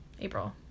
April